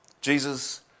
Jesus